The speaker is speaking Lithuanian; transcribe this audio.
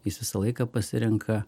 jis visą laiką pasirenka